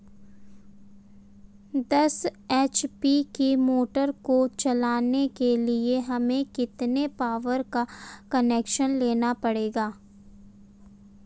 दस एच.पी की मोटर को चलाने के लिए हमें कितने पावर का कनेक्शन लेना पड़ेगा?